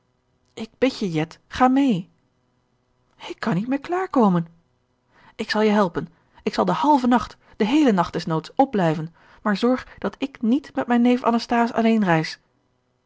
ik bid je jet ga mee ik kan niet meer klaar komen ik zal je helpen ik zal den halven nacht den heelen nacht des noods op blijven maar zorg dat ik niet met mijn neef anasthase alleen reis